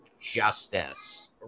justice